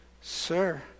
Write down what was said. Sir